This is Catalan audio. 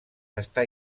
està